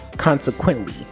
Consequently